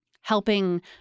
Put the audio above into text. helping